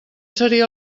seria